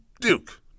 Duke